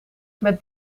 met